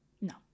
No